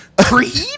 Creed